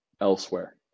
elsewhere